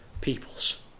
peoples